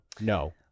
no